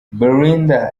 belinda